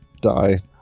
die